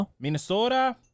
Minnesota